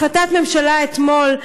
החלטת ממשלה אתמול,